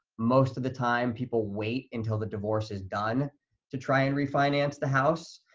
most of the time, people wait until the divorce is done to try and refinance the house,